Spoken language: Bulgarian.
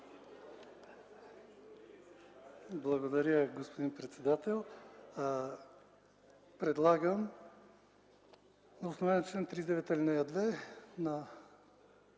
Благодаря Ви, господин председател. Предлагам на основание чл. 39, ал.